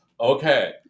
Okay